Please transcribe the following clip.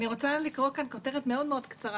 אני רוצה היום לקרוא כאן כותרת מאוד מאוד קצרה